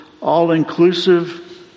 all-inclusive